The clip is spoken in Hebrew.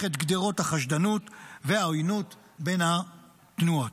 את גדרות החשדנות והעוינות בין התנועות.